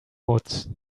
woods